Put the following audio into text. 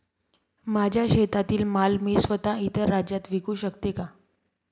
माझ्या शेतातील माल मी स्वत: इतर राज्यात विकू शकते का?